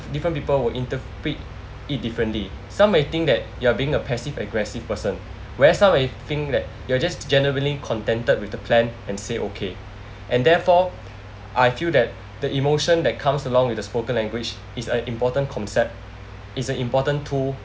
different people will interpret it differently some may think that you're being a passive aggressive person whereas some may think that you're just generally contented with the plan and say okay and therefore I feel that the emotion that comes along with the spoken language is a important concept is a important tool